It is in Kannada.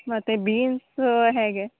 ಮತ್ತೆ ಬೀನ್ಸ್ ಹೇಗೆ